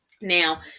Now